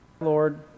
Lord